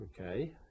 Okay